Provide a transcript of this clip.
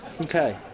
okay